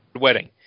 Wedding